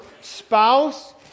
spouse